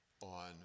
on